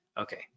okay